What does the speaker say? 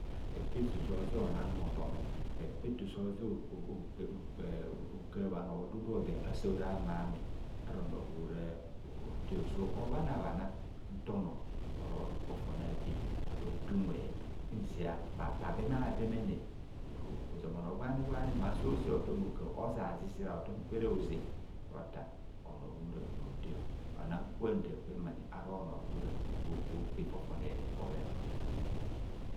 Hekpa eto so ze ona hotom, hekpa eto so ze okar bhano odudu asa hora amame ara onor gwora unwe hote so obhanabhana nto nor oro kpor fon abe habha te unwe nzi a bhapa abemabemene uru ozoma onor gwani gwani ma so se hotom okar sa zizira hotom kwere hozeotar onor gwora unwe hote ona nkantar kwenere ara ono gwora gwo ko kpe fofone bhoven.